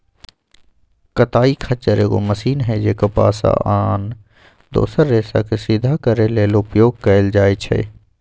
कताइ खच्चर एगो मशीन हइ जे कपास आ आन दोसर रेशाके सिधा करे लेल उपयोग कएल जाइछइ